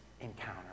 encounter